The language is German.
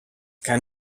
kann